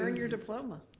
your diploma.